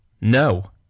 No